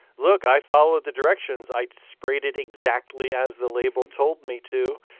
look. i followed the directions. i sprayed it exactly as the label told me to.